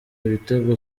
ibitego